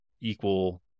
equal